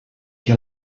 que